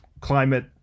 climate